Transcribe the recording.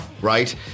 right